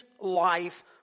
life